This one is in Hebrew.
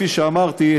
כפי שאמרתי,